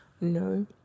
No